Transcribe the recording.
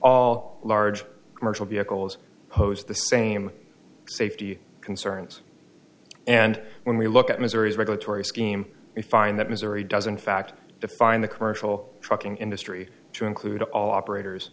all large commercial vehicles pose the same safety concerns and when we look at missouri's regulatory scheme you find that missouri doesn't fact define the commercial trucking industry to include all operators